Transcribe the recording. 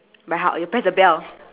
by how you press the bell